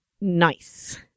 nice